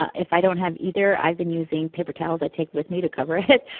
if i don't have either, i've been using paper towels i take with me to cover it.